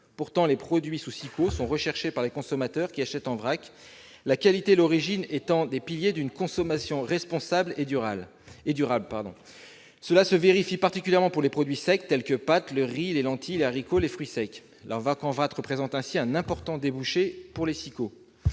Pourtant, les produits sous SIQO sont recherchés par les consommateurs qui achètent en vrac, la qualité et l'origine constituant des piliers pour une consommation responsable et durable. Cela se vérifie particulièrement pour les produits secs, tels que les pâtes, le riz, les lentilles, les haricots ou les fruits secs. Leur vente en vrac représente ainsi un important débouché pour les SIQO.